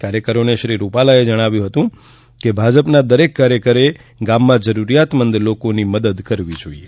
કાર્યકરોને રૂપાલાએ જણાવ્યું હતું કે ભાજપના દરેક કાર્યકરે ગામમાં જરૂરીયાતમંદ લોકોની મદદ કરવી જોઇએ